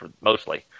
mostly